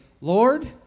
Lord